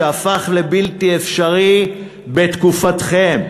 שהפך לבלתי אפשרי בתקופתכם,